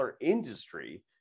industry